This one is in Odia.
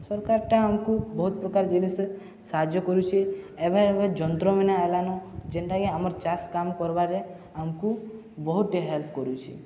ସରକାରଟା ଆମକୁ ବହୁତ ପ୍ରକାର ଜିନିଷ ସାହାଯ୍ୟ କରୁଛି ଏବେ ଏବେ ଯନ୍ତ୍ର ମାନେ ଆଇଲାନ ଯେନ୍ଟାକି ଆମର୍ ଚାଷ କାମ କର୍ବାରେ ଆମକୁ ବହୁତଟେ ହେଲ୍ପ କରୁଛି